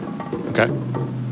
Okay